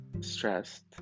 stressed